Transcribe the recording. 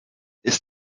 ist